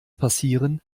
passieren